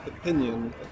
opinion